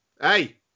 hey